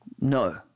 no